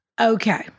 Okay